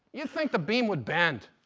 you'd think the beam would bend,